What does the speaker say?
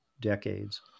decades